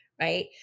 Right